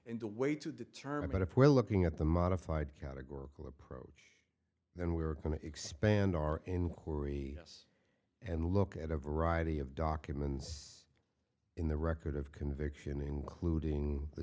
in the way to determine if we're looking at the modified categorical approach then we are going to expand our inquiry us and look at a variety of documents in the record of conviction including the